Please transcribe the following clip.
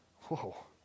Whoa